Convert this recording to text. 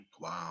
Wow